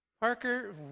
Parker